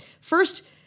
first